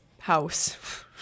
house